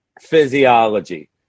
physiology